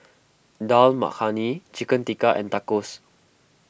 Dal Makhani Chicken Tikka and Tacos